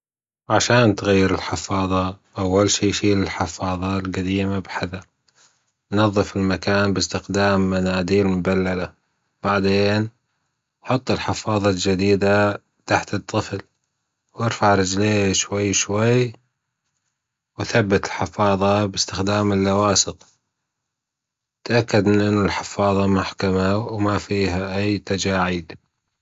عشان تغير الحفاضة اول شي شيل الحفاضة الجديمة بحذر، نظف المكان بإستخدام مناديل مبللة، بعدين حط الحفاظة الجديدة تحت الطفل، وإرفع رجليه شوي شوي وثبت الحفاظة بإستخدام اللواصق تأكد من أن الحفاضة محكمة وما فيها أي تجاعيد.